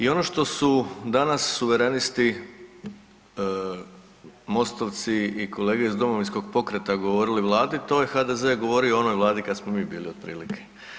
I ono što su danas Suverenisti, Mostovci i kolege iz Domovinskog pokreta govorili Vladi, to je HDZ govorio onoj Vladi kad smo mi bili otprilike.